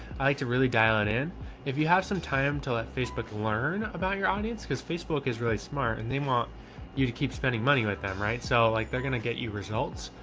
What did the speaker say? i like to really dial it in if you have some time to let facebook learn about your audience because facebook is really smart and they want you to keep spending money with them, right? so like they're going to get you results.